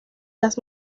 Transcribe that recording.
las